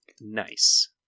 Nice